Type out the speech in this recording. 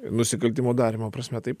nusikaltimo darymo prasme taip